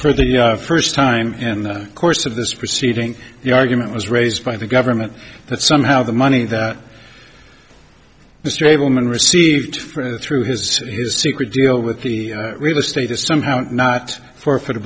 for the first time in the course of this proceeding the argument was raised by the government that somehow the money that the stableman received for through his secret deal with the real estate is somehow not for affor